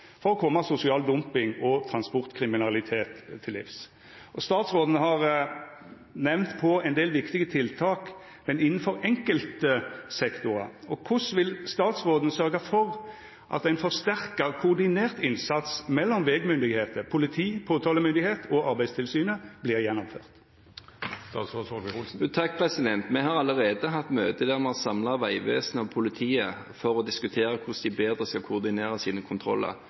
for å koma sosial dumping og transportkriminalitet til livs. Statsråden har nemnt nokre viktige tiltak, men innanfor enkelte sektorar. Korleis vil statsråden sørgja for at ein forsterka koordinert innsats mellom vegmyndigheiter, politi, påtalemyndigheit og Arbeidstilsynet vert gjennomført? Vi har allerede hatt et møte der vi har samlet Vegvesenet og politiet for å diskutere hvordan de bedre skal koordinere sin kontroller,